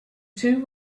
two